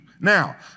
Now